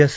S